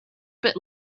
bit